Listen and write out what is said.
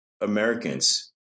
Americans